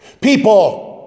people